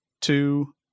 two